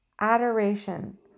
adoration